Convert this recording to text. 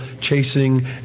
chasing